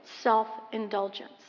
self-indulgence